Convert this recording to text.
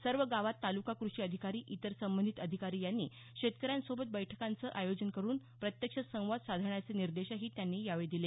सर्व गावांत ताल्का कृषी अधिकारी इतर संबंधित अधिकारी यांनी शेतकऱ्यांसोबत बैठकांचे आयोजन करुन प्रत्यक्ष संवाद साधण्याचे निर्देशही त्यांनी यावेळी दिले